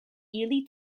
ili